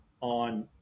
on